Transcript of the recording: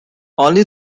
only